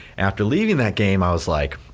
after leaving that game, i was like,